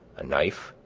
a knife,